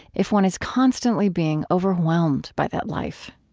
if one is constantly being overwhelmed by that life?